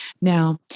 now